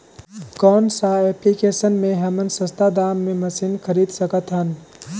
कौन सा एप्लिकेशन मे हमन सस्ता दाम मे मशीन खरीद सकत हन?